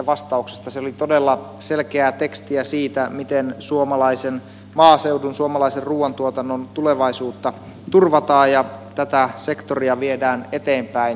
se oli todella selkeää tekstiä siitä miten suomalaisen maaseudun suomalaisen ruuantuotannon tulevaisuutta turvataan ja tätä sektoria viedään eteenpäin